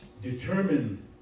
Determine